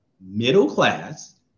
middle-class